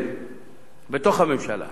בתוך הממשלה,